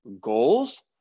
goals